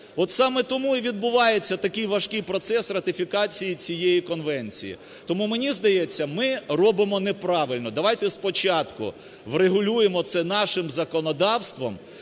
От саме тому і відбувається такий важкий процес ратифікації цієї конвенції. Тому, мені здається, ми робимо неправильно. Давайте спочатку врегулюємо це нашим законодавством,